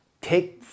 take